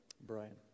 Brian